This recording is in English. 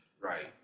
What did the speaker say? Right